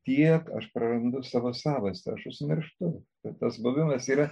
tiek aš prarandu savo savastį aš užsimirštu kad tas buvimas yra